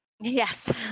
Yes